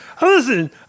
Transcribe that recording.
Listen